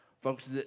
Folks